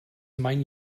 mein